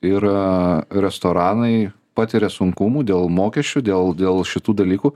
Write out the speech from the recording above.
ir restoranai patiria sunkumų dėl mokesčių dėl dėl šitų dalykų